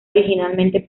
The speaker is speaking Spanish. originalmente